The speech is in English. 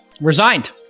resigned